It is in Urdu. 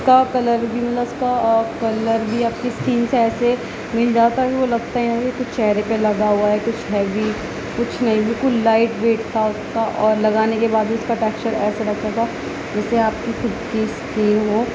اس کا کلر بھی مطلب اس کا کلر بھی آپ کی اسکن سے ایسے مل جاتا کہ وہ لگتا ہی نہیں کہ کچھ چہرے پہ لگا ہوا ہے کچھ ہے بھی کچھ نہیں بالکل لائٹ ویٹ تھا اس کا اور لگانے کے بعد بھی اس کا ٹیکسچر ایسے لگتا تھا جیسے آپ کی خود کی اسکن ہو